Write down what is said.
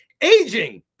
aging